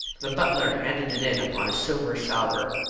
the butler handed it in upon a silver salver.